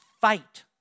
fight